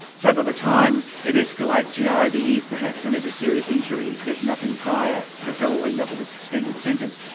so by the time it escalates you know over years perhaps, and there's a serious injury, there's nothing prior, the fellow will end up with a suspended sentence.